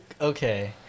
Okay